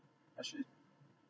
actually